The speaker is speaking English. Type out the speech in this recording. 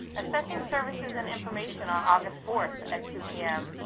assessing services and information on august fourth at two p m,